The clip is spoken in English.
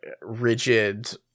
rigid